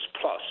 plus